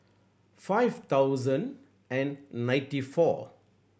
five thousand and ninety four